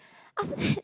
after that